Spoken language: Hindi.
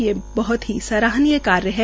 यह बहृत ही सराहनीय कार्य है